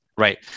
Right